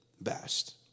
best